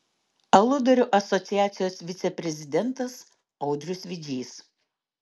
aludarių asociacijos viceprezidentas audrius vidžys